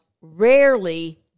rarely